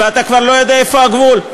ואתה כבר לא יודע איפה הגבול.